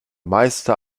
meister